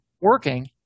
working